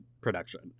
production